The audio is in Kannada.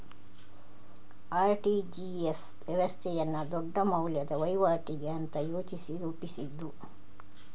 ಆರ್.ಟಿ.ಜಿ.ಎಸ್ ವ್ಯವಸ್ಥೆಯನ್ನ ದೊಡ್ಡ ಮೌಲ್ಯದ ವೈವಾಟಿಗೆ ಅಂತ ಯೋಚಿಸಿ ರೂಪಿಸಿದ್ದು